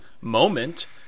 moment